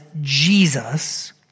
Jesus